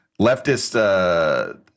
leftist